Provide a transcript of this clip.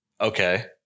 okay